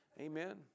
Amen